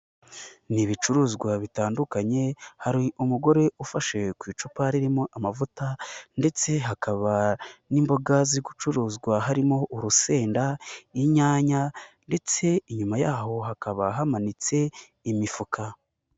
Ni ibicuruzwa bitandukanye, hari umugore ufashewe ku icupa ririmo amavuta ndetse hakaba n'imboga ziri gucuruzwa, harimo urusenda, inyanya ndetse inyuma yaho hakaba hamanitse imifuka.